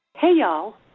hey, y'all.